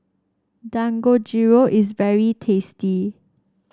Dangojiru is very tasty